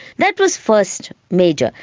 that was first, major.